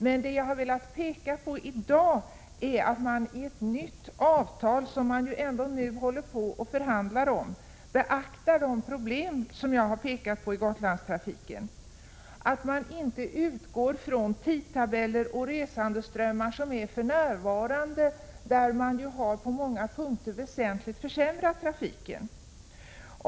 Men vad jag har velat betona i dag är att man i ett nytt avtal, som man ju ändå nu förhandlar om, måste beakta de problem som jag har pekat på när det gäller Gotlandstrafiken, att man inte utgår från nuvarande tidtabeller och resandeströmmar, eftersom man ju på många punkter har försämrat trafiken väsentligt.